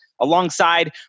alongside